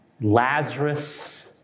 Lazarus